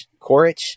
Korich